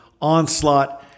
onslaught